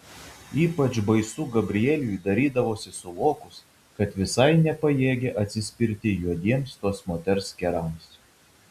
ypač baisu gabrieliui darydavosi suvokus kad visai nepajėgia atsispirti juodiems tos moters kerams